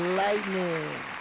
lightning